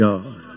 God